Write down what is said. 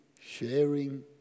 sharing